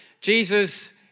Jesus